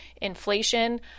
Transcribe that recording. inflation